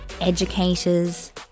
educators